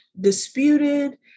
disputed